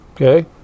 Okay